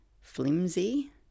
flimsy